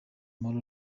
moral